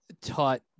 taught